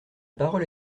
parole